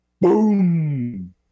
boom